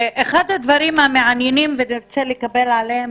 אחד הדברים המעניינים שנרצה לקבל עליהם